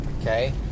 okay